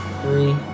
three